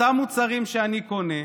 אותם מוצרים שאני קונה,